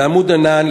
ל"עמוד ענן",